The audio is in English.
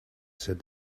said